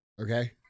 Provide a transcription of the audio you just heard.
Okay